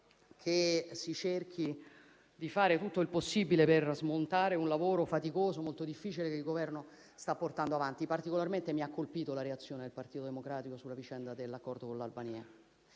si cerchi di fare tutto il possibile per smontare un lavoro faticoso e molto difficile che il Governo sta portando avanti. Mi ha particolarmente colpito la reazione del Partito Democratico sulla vicenda dell'accordo con l'Albania,